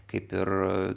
kaip ir